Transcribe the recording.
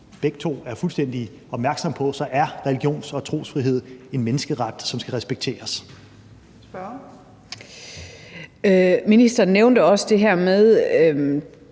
begge to er fuldstændig opmærksomme på, er religions- og trosfrihed en menneskeret, som skal respekteres. Kl. 15:10 Fjerde næstformand